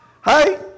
Hi